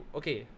okay